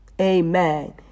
Amen